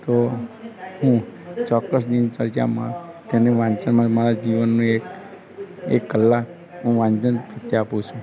તો હું ચોક્કસની ચર્ચામાં તેમને વાંચનમાં મારા જીવનનો એક એક કલાક હું વાંચન પ્રત્યે આપું છું